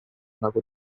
nagu